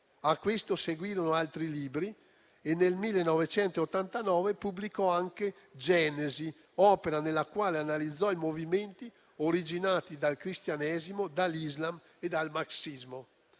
A questo seguirono altri libri e nel 1989 pubblicò anche «Genesi», opera nella quale analizzò i movimenti originati dal cristianesimo, dall'islam e dal marxismo.